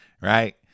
right